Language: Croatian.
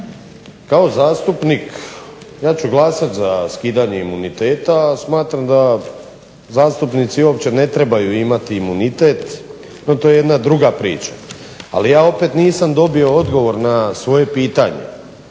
kao zastupnik ja ću glasati za skidanje imuniteta, a smatram da zastupnici uopće ne trebaju imati imunitet no to je jedna druga priča. Ali ja opet nisam dobio odgovor na svoje pitanje.